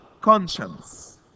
conscience